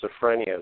schizophrenia